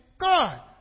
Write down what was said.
God